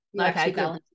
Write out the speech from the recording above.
Okay